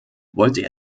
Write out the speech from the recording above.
wollte